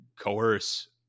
coerce